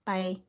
Bye